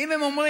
אם הם אומרים: